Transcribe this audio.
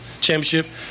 championship